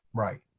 right.